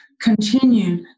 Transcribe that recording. continued